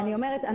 אני אומרת,